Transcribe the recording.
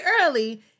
early